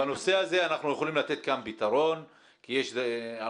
בנושא הזה אנחנו יכולים לתת גם פתרון כי הנושא